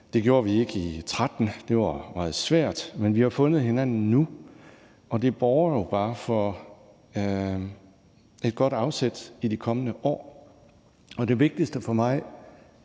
Det gjorde vi ikke i 2013; det var meget svært. Men vi har fundet hinanden nu, og det borger jo bare for et godt afsæt i de kommende år. Det vigtigste for mig